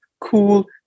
cool